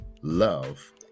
love